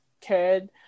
kid